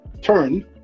turn